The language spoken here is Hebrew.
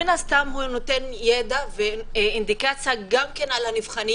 מן הסתם הוא נותן ידע ואינדיקציה גם על הנבחנים